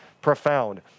profound